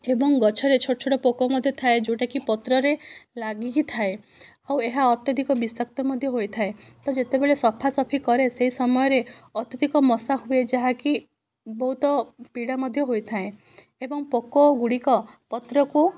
ଏବଂ ଗଛରେ ଛୋଟ ଛୋଟ ପୋକ ମଧ୍ୟ ଥାଏ ଯେଉଁଟାକି ପତ୍ରରେ ଲାଗିକିଥାଏ ଆଉ ଏହା ଅତ୍ୟଧିକ ବିଷାକ୍ତ ମଧ୍ୟ ହୋଇଥାଏ ତ ଯେତେବେଳେ ସଫାସଫି କରେ ସେହି ସମୟରେ ଅତ୍ୟଧିକ ମଶା ହୁଏ ଯାହାକି ବହୁତ ପୀଡ଼ା ମଧ୍ୟ ହୋଇଥାଏ ଏବଂ ପୋକଗୁଡ଼ିକ ପତ୍ରକୁ